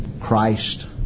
Christ